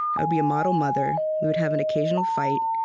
i would be a model mother. we would have an occasional fight,